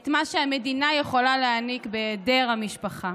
את מה שהמדינה יכולה להעניק בהיעדר המשפחה.